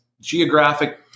geographic